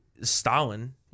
Stalin